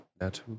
Natto